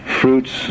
fruits